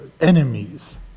enemies